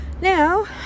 Now